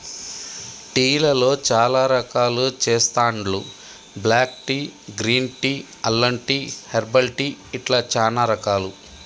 tea లలో చాల రకాలు చెస్తాండ్లు బ్లాక్ టీ, గ్రీన్ టీ, అల్లం టీ, హెర్బల్ టీ ఇట్లా చానా రకాలు